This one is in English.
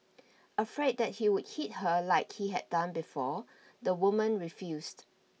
afraid that he would hit her like he had done before the woman refused